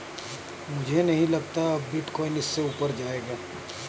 मुझे नहीं लगता अब बिटकॉइन इससे ऊपर जायेगा